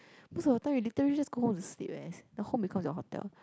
most of the time you literally just go home to sleep eh the home becomes your hotel